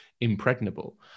impregnable